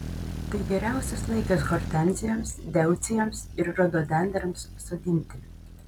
tai geriausias laikas hortenzijoms deucijoms ir rododendrams sodinti